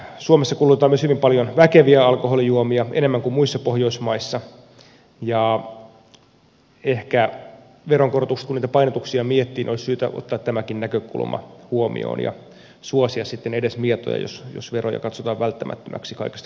suomessa kulutetaan myös hyvin paljon väkeviä alkoholijuomia enemmän kuin muissa pohjoismaissa ja ehkä veronkorotuksissa kun niitä painotuksia miettii olisi syytä ottaa tämäkin näkökulma huomioon ja suosia sitten edes mietoja jos veroja katsotaan välttämättömäksi kaikesta huolimatta korottaa